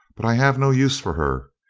but i have no use for her,